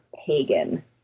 pagan